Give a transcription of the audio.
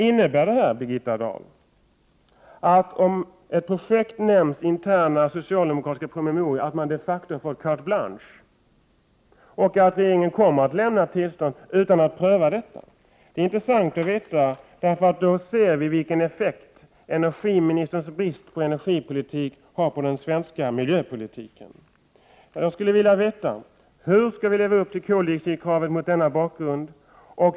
Innebär detta, Birgitta Dahl, att om ett projekt nämns i en intern socialdemokratisk promemoria har den de facto fått carte blanche, och att regeringen kommer att lämna tillstånd utan att göra en prövning? Det vore intressant att få ett svar på frågan, eftersom vi då ser den effekt energiministerns brist på energipolitik har för den svenska miljöpolitiken. Jag vill veta hur vi mot denna bakgrund skall kunna leva upp till koldioxidkraven.